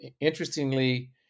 interestingly